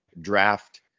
draft